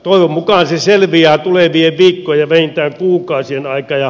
toivon mukaan se selviää tulevien viikkojen vähintään kuukausien aikana